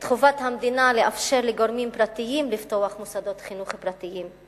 את חובת המדינה לאפשר לגורמים פרטיים לפתוח מוסדות חינוך פרטיים.